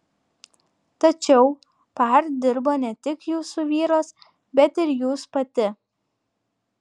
tačiau par dirbo ne tik jūsų vyras bet ir jūs pati